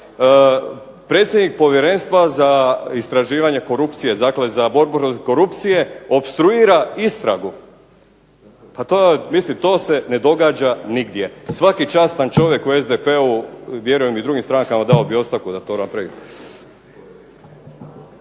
predsjednik Povjerenstva za istraživanje korupcije, dakle za borbu korupcije opstruira istragu. Pa to je, mislim to se ne događa nigdje! Svaki častan čovjek u SDP-u, vjerujem i u drugim strankama dao bi ostavku da to napravi,